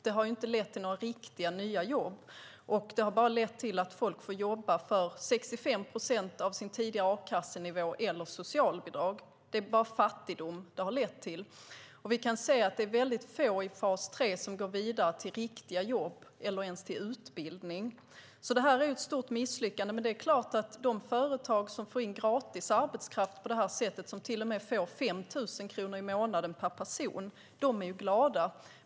Det har inte lett till några riktiga nya jobb, utan det har bara lett till att folk får jobba för 65 procent av sin tidigare a-kasse eller socialbidragsnivå. Det har bara lett till fattigdom, och vi kan se att det är väldigt få i fas 3 som går vidare till riktiga jobb eller ens till utbildning. Det här är alltså ett stort misslyckande. Det är klart att de företag som får in gratis arbetskraft på det här sättet och till och med får 5 000 kronor i månaden per person är glada.